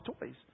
toys